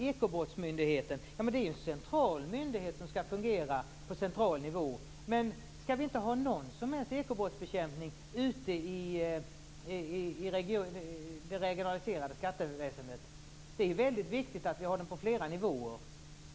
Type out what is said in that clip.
Ekobrottsmyndigheten är en myndighet som skall fungera på central nivå, men skall vi inte ha någon som helst ekobrottsbekämpning ute i det regionaliserade skatteväsendet? Det är väldigt viktigt att en sådan finns på flera nivåer.